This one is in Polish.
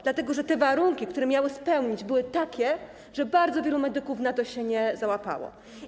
Dlatego że te warunki, które miały spełnić, były takie, że bardzo wielu medyków się na to się nie załapało.